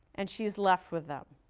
and she is left with them.